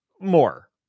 more